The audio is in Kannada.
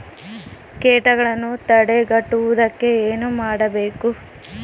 ಕೇಟಗಳನ್ನು ತಡೆಗಟ್ಟುವುದಕ್ಕೆ ಏನು ಮಾಡಬೇಕು?